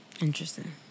Interesting